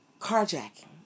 carjacking